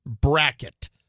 Bracket